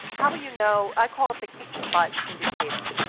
how will you know i call it the kicking butt indicator.